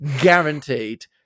guaranteed